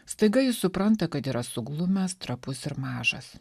staiga jis supranta kad yra suglumęs trapus ir mažas